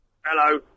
Hello